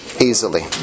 easily